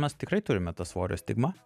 mes tikrai turime tą svorio stigmą